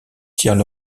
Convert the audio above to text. tirent